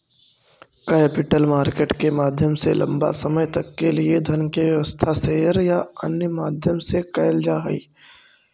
capital market के माध्यम से लंबा समय तक के लिए धन के व्यवस्था शेयर या अन्य माध्यम से कैल जा हई